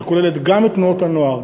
שכוללת גם את תנועות הנוער,